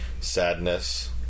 sadness